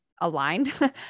aligned